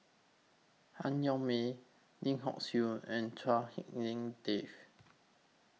Han Yong May Lim Hock Siew and Chua Hak Lien Dave